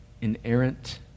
inerrant